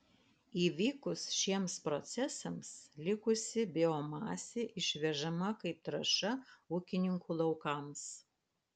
įvykus šiems procesams likusi biomasė išvežama kaip trąša ūkininkų laukams